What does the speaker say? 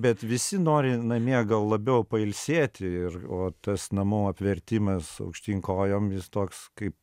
bet visi nori namie gal labiau pailsėti ir o tas namo apvertimas aukštyn kojom jis toks kaip